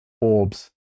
orbs